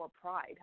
Pride